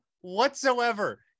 whatsoever